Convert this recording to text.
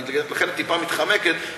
ולכן את טיפה מתחמקת.